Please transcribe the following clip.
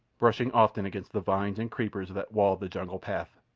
brushing often against the vines and creepers that walled the jungle-path,